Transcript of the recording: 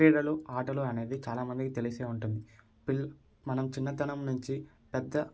క్రీడలు ఆటలు అనేవి చాలా మందికి తెలిసే ఉంటుంది పిల్ల మనం చిన్నతనం నుంచి పెద్ద